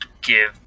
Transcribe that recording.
give